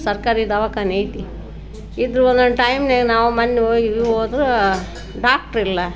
ಸರ್ಕಾರಿ ದವಾಖಾನೆ ಐತಿ ಇದ್ದರೂ ಒಂದೊಂದು ಟೈಮ್ಗೆ ನಾವು ಮನ್ವೋ ಇಲ್ಲವೋ ಹೋದ್ರೆ ಡಾಕ್ಟ್ರ್ ಇಲ್ಲ